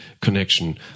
Connection